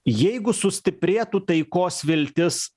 jeigu sustiprėtų taikos viltis